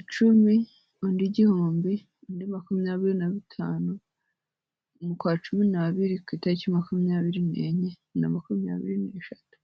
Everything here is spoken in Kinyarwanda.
icumi undi igihumbi undi ibihumbi makumyabiri nabitanu mu kwacumi nabiri ku itariki makumyabiri nenye no kuri makumyabiri neshatu.